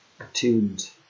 attuned